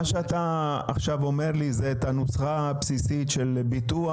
מה שאתה עכשיו אומר לי זה את הנוסחה הבסיסי של ביטוח,